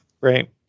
right